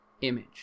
image